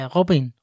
Robin